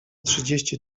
trzydzieści